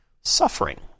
suffering